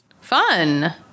Fun